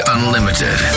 Unlimited